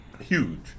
huge